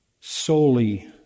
solely